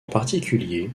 particulier